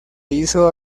hizo